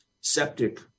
septic